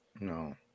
No